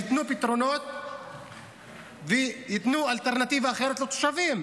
שייתנו פתרונות וייתנו אלטרנטיבה אחרת לתושבים.